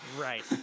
Right